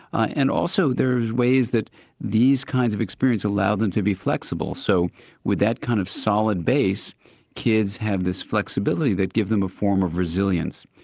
and also there are ways that these kinds of experience allow them to be flexible so with that kind of solid base kids have this flexibility that gives them a form of resilience.